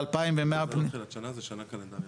זה לא תחילת שנה, זה שנה קלנדרית.